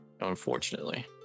Unfortunately